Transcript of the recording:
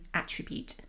attribute